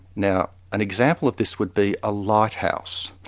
now an example of this would be a lighthouse.